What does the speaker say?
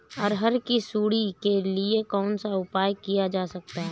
अरहर की सुंडी के लिए कौन सा उपाय किया जा सकता है?